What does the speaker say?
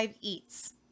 eats